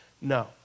No